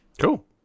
Cool